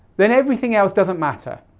then everything else doesn't matter.